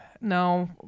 no